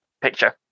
picture